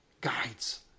guides